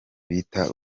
bita